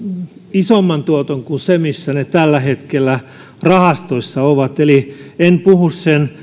isomman tuoton kuin niissä rahastoissa missä ne tällä hetkellä ovat eli en puhu